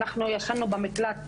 אנחנו ישנו במקלט,